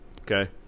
Okay